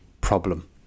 problem